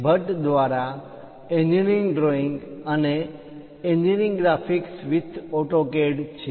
ભટ્ટ દ્વારા engineering drawing અને engineering graphics with AutoCAD છે